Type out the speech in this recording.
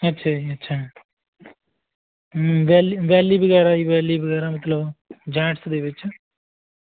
ਅੱਛਾ ਜੀ ਅੱਛਾ ਵੈਲੀ ਵੈਲੀ ਵਗੈਰਾ ਜੀ ਵੈਲੀ ਵਗੈਰਾ ਮਤਲਬ ਜੈਂਟਸ ਦੇ ਵਿੱਚ